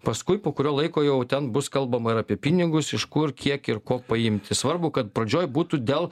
paskui po kurio laiko jau ten bus kalbama ir apie pinigus iš kur kiek ir ko paimti svarbu kad pradžioj būtų dėl